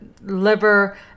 liver